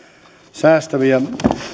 säästäviä